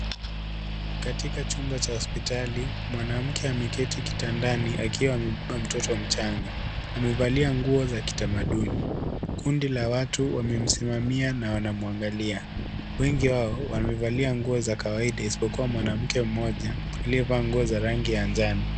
Katika chumba cha hospitali, mwanamke ameketi kitandani akiwa amebeba mtoto mchanga. Amevalia nguo za kitamaduni. Kundi wa watu wamemsimamia na wanamwangalia. Wengi wao wamevalia nguo za kawaidia isipokuwa mwanamke mmoja aliyevaa nguo za rangi ya njano.